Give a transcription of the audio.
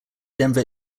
denver